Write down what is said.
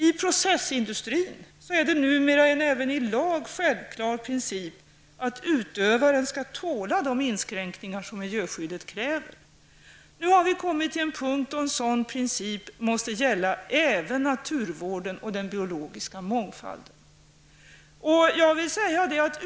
I processindustrin är det numera en även i lag självklar princip att utövaren skall tåla de inskränkningar som miljöskyddet kräver. Nu har vi kommit till en punkt då en sådan princip måste gälla även naturvården och den biologiska mångfalden.